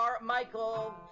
Michael